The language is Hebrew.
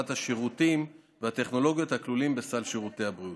של השירותים והטכנולוגיות הכלולים בסל שירותי הבריאות.